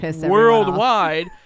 worldwide